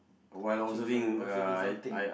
watching some observing something